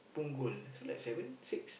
Punggol so seven six